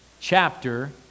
chapter